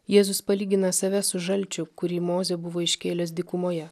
jėzus palygina save su žalčiu kurį mozė buvo iškėlęs dykumoje